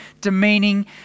demeaning